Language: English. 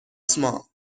small